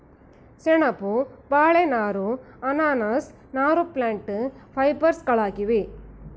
ಸೆಣಬು, ಬಾಳೆ ನಾರು, ಅನಾನಸ್ ನಾರು ಪ್ಲ್ಯಾಂಟ್ ಫೈಬರ್ಸ್ಗಳಾಗಿವೆ